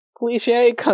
cliche